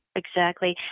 exactly.